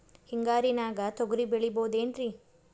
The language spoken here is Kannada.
ಹಿಂಗಾರಿನ್ಯಾಗ ತೊಗ್ರಿ ಬೆಳಿಬೊದೇನ್ರೇ?